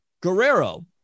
Guerrero